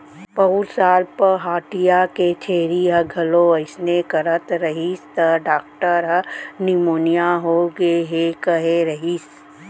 पउर साल पहाटिया के छेरी ह घलौ अइसने करत रहिस त डॉक्टर ह निमोनिया होगे हे कहे रहिस